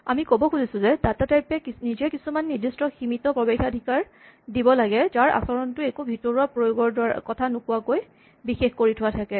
আমি ক'ব খুজিছোঁ যে ডাটা টাইপ এ নিজে কিছুমান নিৰ্দিষ্ট সীমিত প্ৰৱেশাধিকাৰ দিব লাগে যাৰ আচৰণটো একো ভিতৰুৱা প্ৰয়োগৰ কথা নোকোৱাকৈ বিশেষ কৰি থোৱা থাকে